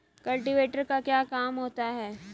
Cultivator का क्या काम होता है?